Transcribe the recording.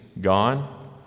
gone